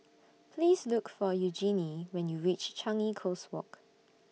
Please Look For Eugenie when YOU REACH Changi Coast Walk